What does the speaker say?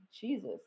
Jesus